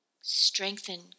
Strengthen